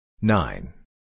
nine